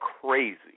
crazy